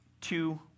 two